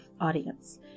audience